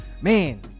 man